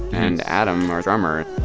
and adam our drummer.